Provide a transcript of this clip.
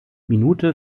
minute